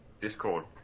Discord